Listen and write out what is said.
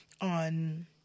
on